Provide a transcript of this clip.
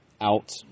out